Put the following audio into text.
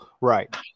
Right